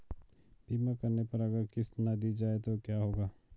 बीमा करने पर अगर किश्त ना दी जाये तो क्या होगा?